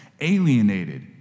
alienated